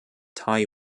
tai